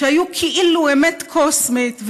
שהיו כאילו אמת קוסמית.